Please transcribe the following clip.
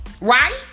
right